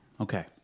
Okay